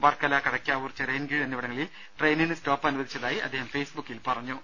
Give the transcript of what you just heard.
Varkala Kadakkavoor Chirayinkeezhu എന്നിവിടങ്ങളിൽ ട്രെയിനിന് സ്റ്റോപ്പും അനുവ ദിച്ചതായി അദ്ദേഹം ഫേസ്ബുക്കിൽ പറഞ്ഞു